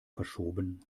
verschoben